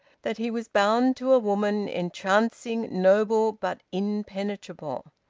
that he was bound to a woman entrancing, noble, but impenetrable.